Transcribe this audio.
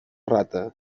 rata